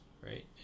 right